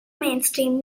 mainstream